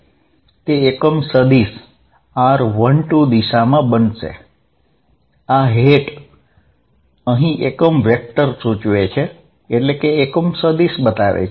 તે એકમ સદિશ r12 દિશામાં બનશે આ હેટ અહીં યુનિટ વેક્ટર સૂચવે છે